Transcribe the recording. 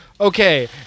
Okay